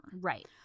Right